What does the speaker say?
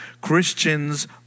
Christians